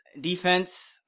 defense